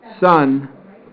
son